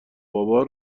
بابا